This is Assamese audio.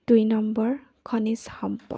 দুই নম্বৰ খনিজ সম্পদ